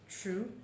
true